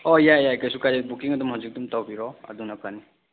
ꯑꯣ ꯌꯥꯏ ꯌꯥꯏ ꯀꯔꯤꯁꯨ ꯀꯥꯏꯗꯦ ꯕꯨꯛꯀꯤꯡ ꯑꯗꯨꯝ ꯍꯧꯖꯤꯛ ꯑꯗꯨꯝ ꯇꯧꯕꯤꯔꯣ ꯑꯗꯨꯅ ꯐꯅꯤ